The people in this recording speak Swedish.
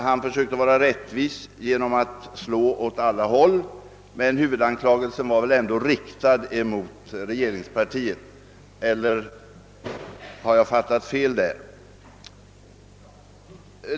Han försökte vara rättvis genom att slå åt alla håll, men huvudanklagelsen var väl ändå, om jag inte har fattat fel, riktad mot regeringspartiet.